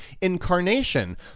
incarnation